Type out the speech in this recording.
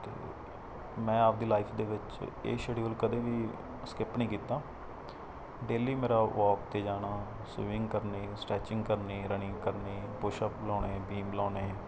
ਅਤੇ ਮੈਂ ਆਪਦੀ ਲਾਈਫ ਦੇ ਵਿੱਚ ਇਹ ਸ਼ਡਿਊਲ ਕਦੇ ਵੀ ਸਕਿੱਪ ਨਹੀਂ ਕੀਤਾ ਡੇਲੀ ਮੇਰਾ ਵੋਕ 'ਤੇ ਜਾਣਾ ਸਵੀਮਿੰਗ ਕਰਨੀ ਸਟ੍ਰੈਚਿੰਗ ਕਰਨੀ ਰਨਿੰਗ ਕਰਨੀ ਪੁਸ਼ ਅੱਪ ਲਾਉਣੇ ਬੀਮ ਲਾਉਣੇ